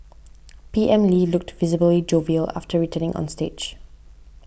P M Lee looked visibly jovial after returning on stage